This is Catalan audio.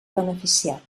beneficiat